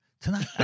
tonight